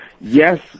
Yes